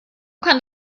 kann